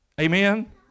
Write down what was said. Amen